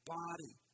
body